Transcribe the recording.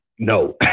No